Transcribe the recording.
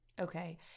Okay